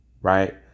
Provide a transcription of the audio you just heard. Right